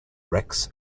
wrecks